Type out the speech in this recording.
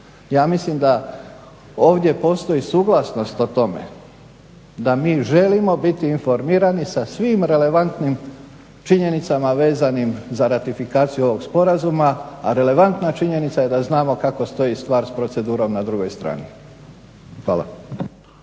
Ja mislim da ovdje postoji suglasnost o tome, da mi želimo biti informirani sa svim relevantnim činjenicama vezanim za ratifikaciju ovog sporazuma, a relevantna je činjenica da znamo kako stoji stvar sa procedurom na drugoj strani. Hvala.